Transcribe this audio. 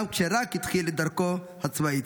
גם כשרק התחיל את דרכו הצבאית.